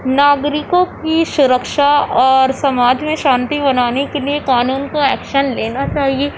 ناگرکوں کی سُرکشا اور سماج میں شانتی بنانے کے لیے قانون کو ایکشن لینا چاہیے